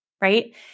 right